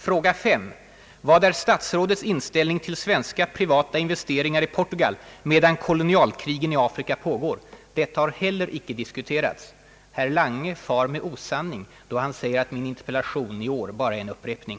Fråga 3: »Vad är statsrådets inställning till svenska privata investeringar i Portugal medan kolonialkrigen i Afrika pågår?» Det har heller icke diskuterats. Herr Lange far med osanning då han säger att min interpellation i år bara är en upprepning.